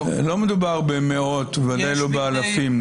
לא מדובר במאות, ודאי לא באלפים.